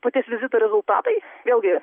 paties vizito rezultatai vėlgi